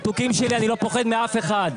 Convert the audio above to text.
מתוקים שלי, אני לא פוחד מאף אחד.